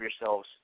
yourselves